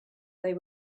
they